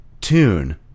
tune